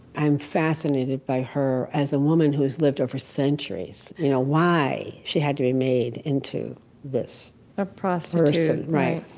i'm fascinated by her as a woman who has lived over centuries, you know why she had to be made into this person a prostitute right.